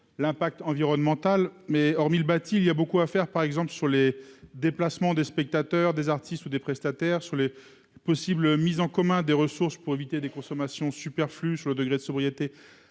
l'impact environnemental, mais hormis le bâti il y a beaucoup à faire, par exemple sur les déplacements des spectateurs, des artistes ou des prestataires sur les possibles mise en commun des ressources pour éviter des consommations superflues sur le degré de sobriété